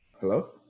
Hello